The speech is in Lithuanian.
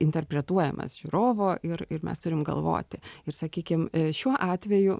interpretuojamas žiūrovo ir ir mes turim galvoti ir sakykim šiuo atveju